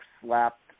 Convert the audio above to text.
slapped